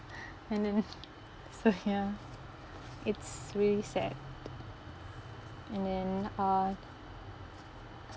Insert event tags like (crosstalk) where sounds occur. and then (laughs) so (laughs) ya it's really sad and then uh